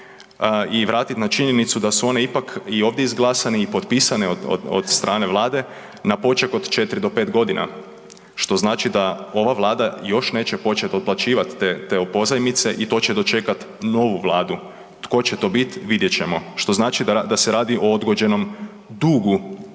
i vratiti na činjenicu da su one ipak i ovdje izglasane i potpisane od strane Vlade na poček od 4 do 5 godina što znači da ova Vlada još neće početi otplaćivati te pozajmice i to će dočekati novu vladu, tko će to biti vidjet ćemo, što znači da se radi o odgođenom dugu.